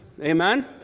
amen